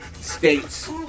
states